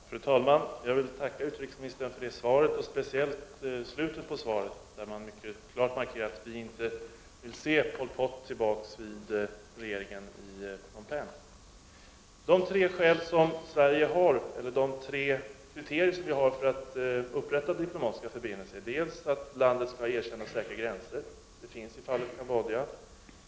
Fru talman! Jag vill tacka utrikesministern för svaret, och särskilt för det som sades i slutet av svaret där han mycket klart markerade att vi inte vill se Pol Pot tillbaka i regeringen i Phnom Penh. Det finns tre kriterier för att Sverige skall upprätta diplomatiska förbindelser. Det första kriteriet är att landet skall ha erkända och säkra gränser, vilka finns i fallet Cambodja.